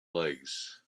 legs